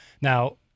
Now